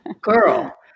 girl